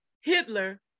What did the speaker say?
Hitler